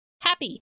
happy